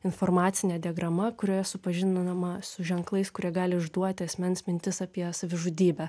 informacinė diagrama kurioje supažindinama su ženklais kurie gali išduoti asmens mintis apie savižudybę